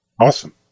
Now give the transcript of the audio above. awesome